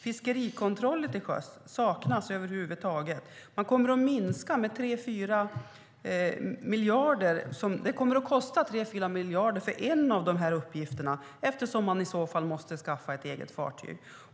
Fiskerikontroller saknas över huvud taget. Att utföra en av de här uppgifterna skulle kosta 3-4 miljarder eftersom man i så fall måste skaffa ett eget fartyg.